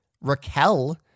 Raquel